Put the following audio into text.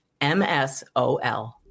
msol